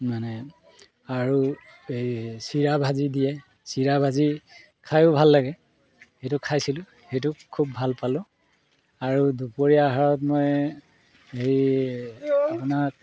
মানে আৰু এই চিৰা ভাজি দিয়ে চিৰা ভাজি খায়ো ভাল লাগে সেইটো খাইছিলোঁ সেইটোক খুব ভাল পালোঁ আৰু দুপৰীয়া আহাৰত মই হেৰি আপোনাক